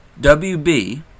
WB